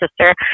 sister